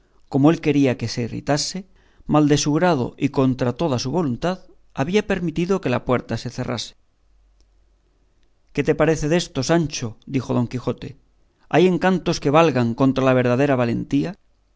como él quería que se irritase mal de su grado y contra toda su voluntad había permitido que la puerta se cerrase qué te parece desto sancho dijo don quijote hay encantos que valgan contra la verdadera valentía